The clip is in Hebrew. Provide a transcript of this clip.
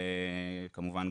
כמובן,